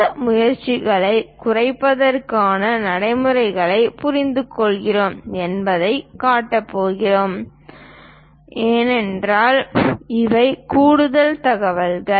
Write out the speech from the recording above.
இந்த முயற்சிகளைக் குறைப்பதற்கான நடைமுறைகளைப் புரிந்துகொள்கிறோம் என்பதைக் காட்டப் போகிறோம் என்றால் இவை கூடுதல் தகவல்கள்